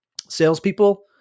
salespeople